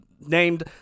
named